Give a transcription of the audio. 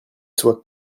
soit